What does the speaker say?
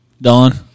Don